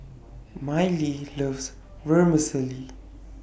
Mylie loves Vermicelli